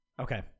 Okay